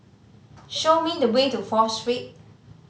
show me the way to Fourth Street